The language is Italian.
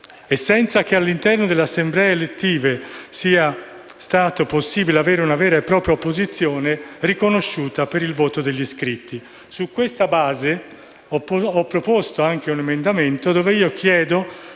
senza che all'interno delle assemblee elettive sia stato possibile avere una vera opposizione riconosciuta per il voto degli iscritti. Su questa base, ho proposto un emendamento con cui chiedo